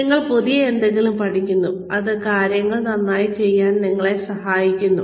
നിങ്ങൾ പുതിയ എന്തെങ്കിലും പഠിക്കുന്നു അത് കാര്യങ്ങൾ നന്നായി ചെയ്യാൻ നിങ്ങളെ സഹായിക്കുന്നു